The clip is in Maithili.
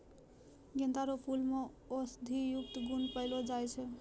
गेंदा रो फूल मे औषधियुक्त गुण पयलो जाय छै